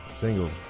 single